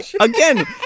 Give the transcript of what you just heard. Again